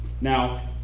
Now